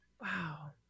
Wow